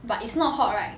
but it's not hot right